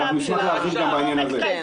נשמח להתייחס גם לעניין הזה.